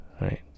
Right